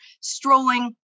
strolling